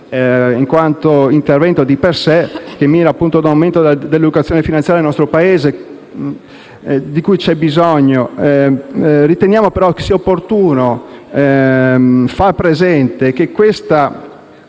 in quanto l'intervento di per sé mira ad un aumento dell'educazione finanziaria nel nostro Paese, di cui c'è bisogno. Riteniamo, però, sia opportuno far presente che questa